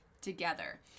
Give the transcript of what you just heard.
together